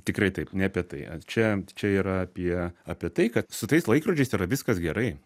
tikrai taip ne apie tai ar čia čia yra apie apie tai kad su tais laikrodžiais yra viskas gerai